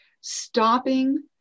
stopping